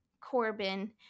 Corbin